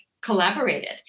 collaborated